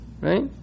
right